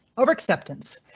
over acceptance,